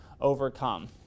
overcome